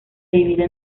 divide